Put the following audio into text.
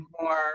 more